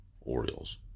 Orioles